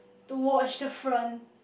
to watch the front